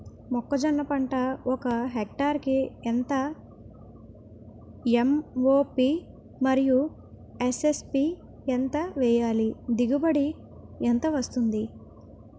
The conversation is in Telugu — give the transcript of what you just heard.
మొక్కజొన్న పంట ఒక హెక్టార్ కి ఎంత ఎం.ఓ.పి మరియు ఎస్.ఎస్.పి ఎంత వేయాలి? దిగుబడి ఎంత వస్తుంది?